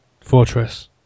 Fortress